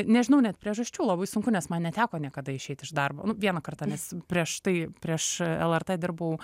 nežinau net priežasčių labai sunku nes man neteko niekada išeiti iš darbo nu vieną kartą nes prieš tai prieš lrt dirbau